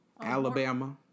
Alabama